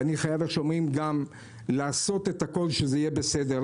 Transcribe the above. ואני חייב כמו שאומרים גם לעשות הכול שזה יהיה בסדר.